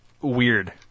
weird